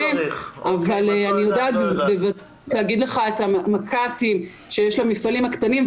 אבל אני יודעת להגיד לך את המק"טים שיש למפעלים הקטנים,